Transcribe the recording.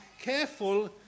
careful